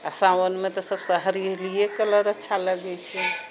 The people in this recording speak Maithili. आ सावनमे तऽ सबसँ हरिआलिए कलर अच्छा लगै छै